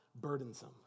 burdensome